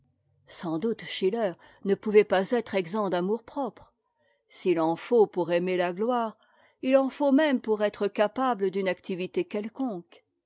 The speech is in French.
sans doute schiller ne pouvait pas être exempt d'amour-propre s'il en faut pour aimer la gloire il en faut même pour être capable d'une activité quelconque